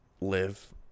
Live